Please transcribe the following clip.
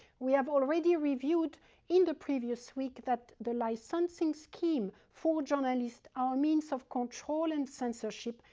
we have already reviewed in the previous week that the licensing scheme for journalists are means of control and censorship,